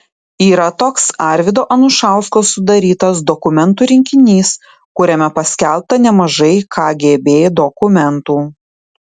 yra toks arvydo anušausko sudarytas dokumentų rinkinys kuriame paskelbta nemažai kgb dokumentų